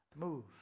move